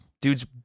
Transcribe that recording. Dudes